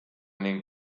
ning